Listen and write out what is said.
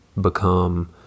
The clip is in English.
become